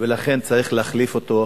ולכן צריך להחליף אותו,